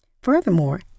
Furthermore